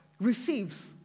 receives